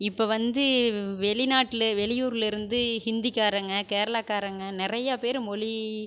இப்போ வந்து வெளிநாட்டில் வெளியூரில் இருந்து ஹிந்திகாரங்க கேரளாகாரங்க நிறையா பேர் மொழி